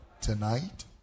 Tonight